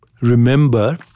remember